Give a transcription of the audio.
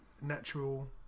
natural